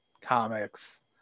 comics